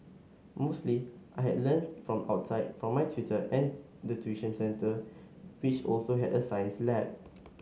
mostly I had learn from outside from my tutor and the tuition centre which also had a science lab